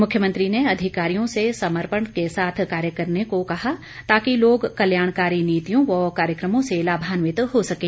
मुख्यमंत्री ने अधिकारियों से समपर्ण के साथ कार्य करने को कहा ताकि लोग कल्याणकारी नीतियों व कार्यक्रमों से लाभान्वित हो सकें